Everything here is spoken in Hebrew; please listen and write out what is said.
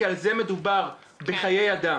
כי מדובר בחיי אדם.